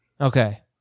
Okay